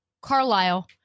Carlisle